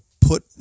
put